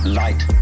light